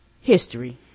history